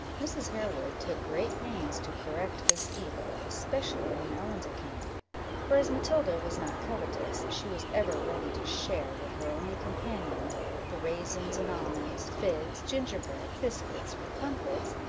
mrs. harewood took great pains to correct this evil, especially on ellen's account for as matilda was not covetous, she was ever ready to share with her only companion the raisins and almonds, figs, gingerbread, biscuits, or comfits,